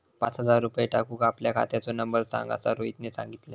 पाच हजार रुपये टाकूक आपल्या खात्याचो नंबर सांग असा रोहितने सांगितल्यान